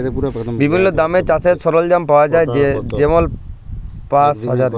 বিভিল্ল্য দামে চাষের সরল্জাম পাউয়া যায় যেমল পাঁশশ, হাজার ইত্যাদি